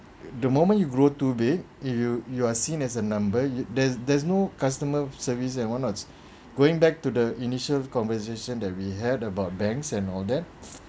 the moment you grow too big if you you are seen as a number there's there's no customer service and what not going back to the initial conversation that we had about banks and all that